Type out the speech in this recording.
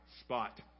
spot